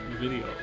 video